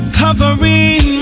covering